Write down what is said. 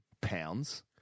pounds